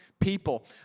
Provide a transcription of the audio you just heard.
people